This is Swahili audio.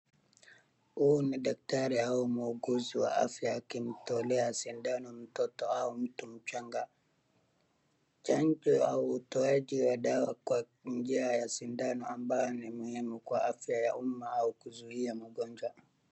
Huu ni muuguzi ama daktari wa afya akimtolea sindano mtoto au mtu mchanga. Chanjo ya utoaji wa dawa kwa njia ya sindano ambayo ni muhimu kwa afya ya umma ama kuzuia magonjwa.